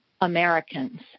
Americans